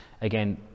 Again